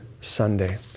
Sunday